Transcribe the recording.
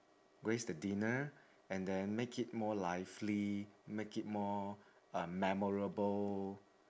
grace the dinner and then make it more lively make it more uh memorable